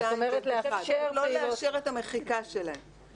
לא לאשר את המחיקה שלהן,